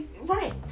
Right